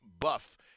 buff